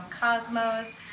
cosmos